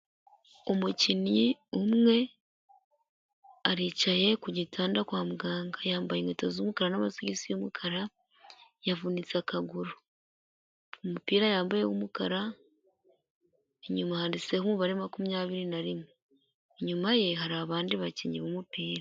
Umukinnyi umwe, aricaye ku gitanda kwa muganga, yambaye inkweto z'umukara n'amasogisi y'umukara, yavunitse akaguru, umupira yambaye w'umukara, inyuma handitseho umubare makumyabiri na rimwe, inyuma ye hari abandi bakinnyi b'umupira.